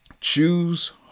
Choose